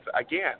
again